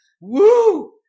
woo